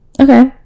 Okay